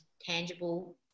tangible